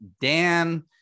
Dan